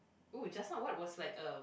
!ooh! just now what was like a